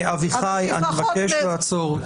אביחי, אני מבקש לעצור.